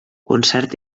concert